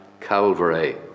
Calvary